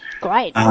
Great